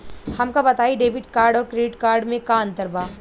हमका बताई debit card और क्रेडिट कार्ड में का अंतर बा?